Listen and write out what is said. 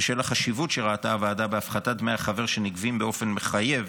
בשל החשיבות שראתה הוועדה בהפחתת דמי החבר שנגבים באופן מחייב